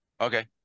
Okay